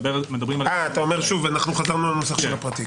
אתה אומר שוב, אנחנו חזרנו לנוסח של הפרטי.